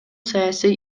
саясий